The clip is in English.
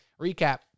recap